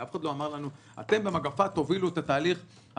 אף אחד לא אמר לנו: אתם במגפה תובילו את תהליך הפיצוי.